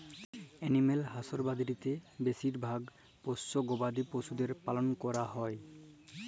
animal হাসবাদরীতে বেশি ভাগ পষ্য গবাদি পশুদের পালল ক্যরাক হ্যয়